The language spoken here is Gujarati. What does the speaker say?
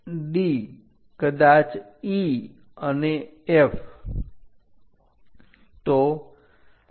D કદાચ E અને F